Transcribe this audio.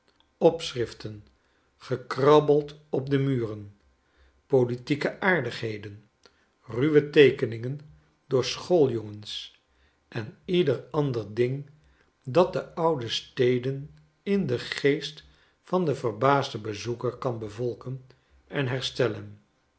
opschriften gekrabbeld op de muren politieke aardigheden ruwe teekeningen door schooljongens en ieder ander ding dat de oude steden in den geest van den verbaasden bezoeker kan bevolken en herstellen